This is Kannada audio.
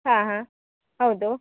ಹಾಂ ಹಾಂ ಹೌದು